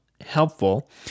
helpful